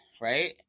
right